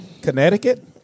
Connecticut